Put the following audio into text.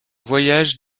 voyage